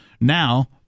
now